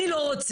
אני לא רוצה.